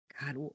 God